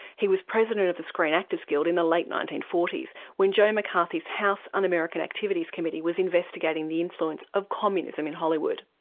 he was president of the screen actors' guild in the late nineteen forty when joe mccarthy's house un-american activities committee was investigating the influence of communism in hollywood.